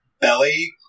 belly